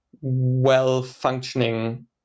well-functioning